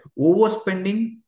Overspending